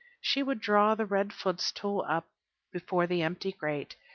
she would draw the red footstool up before the empty grate,